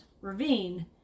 ravine